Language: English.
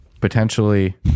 Potentially